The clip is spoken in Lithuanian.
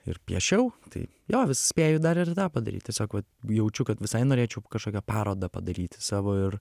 ir piešiau tai jo vis spėju dar ir tą padaryti tiesiog vat jaučiu kad visai norėčiau kažkokią parodą padaryti savo ir